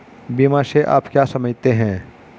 बीमा से आप क्या समझते हैं?